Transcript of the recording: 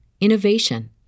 innovation